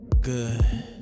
good